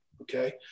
Okay